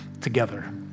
together